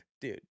dude